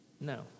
No